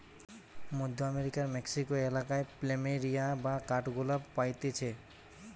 মধ্য আমেরিকার মেক্সিকো এলাকায় প্ল্যামেরিয়া বা কাঠগোলাপ পাইতিছে